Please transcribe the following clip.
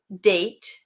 date